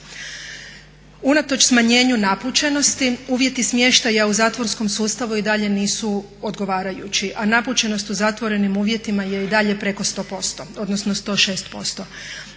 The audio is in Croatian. Unatoč smanjenju napučenosti uvjeti smještaja u zatvorskom sustavu i dalje nisu odgovarajući, a napučenost u zatvorenim uvjetima je i dalje preko 100% odnosno 106%.